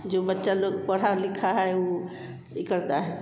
जो बच्चे लोग पढ़े लिखे हैं उ इ करते हैं